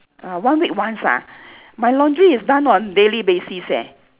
uh one week once ah my laundry is done on daily basis eh